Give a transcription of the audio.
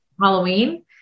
Halloween